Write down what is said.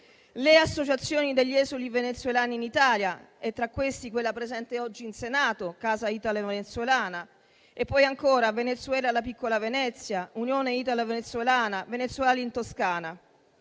le associazioni degli esuli venezuelani in Italia e, tra questi, quella presente oggi in Senato, «Casa Italo-Venezuela» e poi, ancora, «Venezuela: la piccola Venezia», «Unione Italo-Venezuelana» e «Venezuela in Toscana».